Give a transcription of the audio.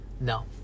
No